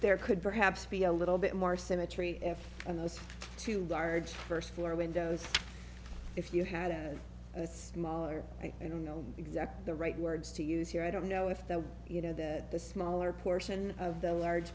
there could perhaps be a little bit more symmetry in those two large first floor windows if you had it's smaller i don't know exactly the right words to use here i don't know if that you know that the smaller portion of the large